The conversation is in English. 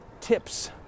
tips